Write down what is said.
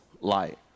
light